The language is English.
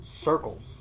circles